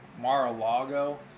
Mar-a-Lago